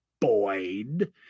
Boyd